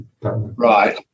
Right